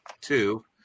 Two